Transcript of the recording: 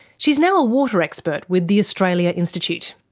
she's now a water expert with the australia institute.